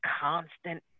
constant